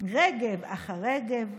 / רגב אחר רגב,